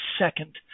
second